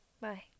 Bye